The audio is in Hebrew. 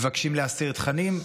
מבקשים להסיר תכנים,